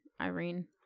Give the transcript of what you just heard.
Irene